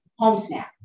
HomeSnap